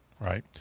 Right